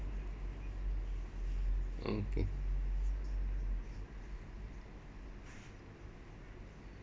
okay